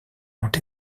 ont